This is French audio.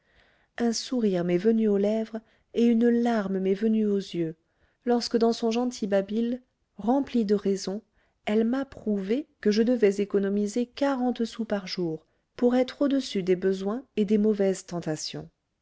un sourire m'est venu aux lèvres et une larme m'est venue aux yeux lorsque dans son gentil babil rempli de raison elle m'a prouvé que je devais économiser quarante sous par jour pour être au-dessus des besoins et des mauvaises tentations